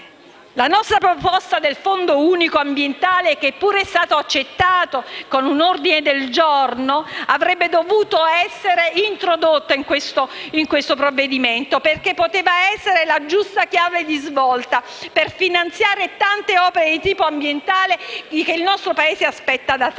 La nostra proposta del Fondo unico ambientale, che pure è stata accettata con un ordine del giorno, avrebbe dovuto essere introdotta nel provvedimento in discussione, perché poteva essere la giusta chiave di svolta per finanziare tante opere di tipo ambientale che il nostro Paese aspetta da tempo.